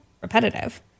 repetitive